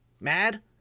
mad